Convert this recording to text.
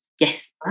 Yes